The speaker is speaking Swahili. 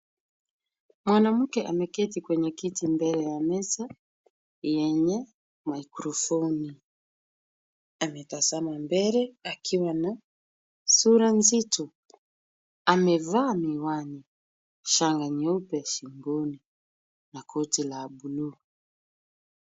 Mwanamke ameketi kwenye kiti mbele ya meza yenye microphone .Ametazama mbele akiwa na sura nzito. Amevaa miwani, shanga nyeupe shingoni na koti la blue .